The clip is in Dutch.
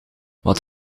wat